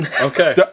Okay